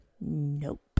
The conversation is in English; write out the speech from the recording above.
nope